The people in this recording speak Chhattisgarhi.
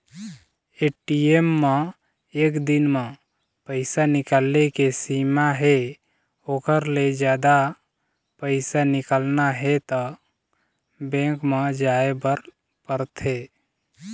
ए.टी.एम म एक दिन म पइसा निकाले के सीमा हे ओखर ले जादा पइसा निकालना हे त बेंक म जाए ल परथे